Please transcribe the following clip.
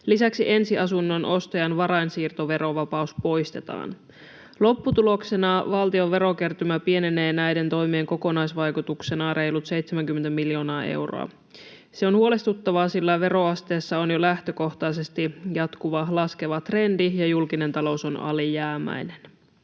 Lisäksi ensiasunnon ostajan varainsiirtoverovapaus poistetaan. Lopputuloksena valtion verokertymä pienenee näiden toimien kokonaisvaikutuksena reilut 70 miljoonaa euroa. Se on huolestuttavaa, sillä veroasteessa on jo lähtökohtaisesti jatkuva laskeva trendi ja julkinen talous on alijäämäinen.